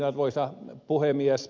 arvoisa puhemies